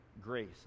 grace